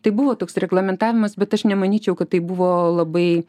tai buvo toks reglamentavimas bet aš nemanyčiau kad tai buvo labai